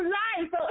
life